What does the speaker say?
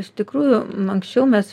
iš tikrųjų anksčiau mes